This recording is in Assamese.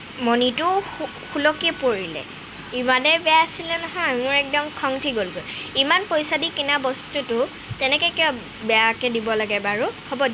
মণিটো সু সুলকি পৰিলে ইমানেই বেয়া আছিলে নহয় মোৰ একদম খং উঠি গ'লগৈ ইমান পইচা দি কিনা বস্তুটো তেনেকৈ কিয় বেয়াকৈ দিব লাগে বাৰু হ'ব দিয়ক